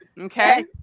Okay